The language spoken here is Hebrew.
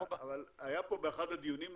אבל היה פה באחד הדיונים,